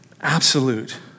Absolute